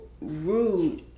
rude